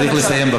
צריך לסיים.